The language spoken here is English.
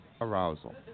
arousal